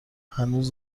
هنوز